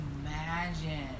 imagine